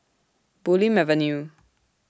Bulim Avenue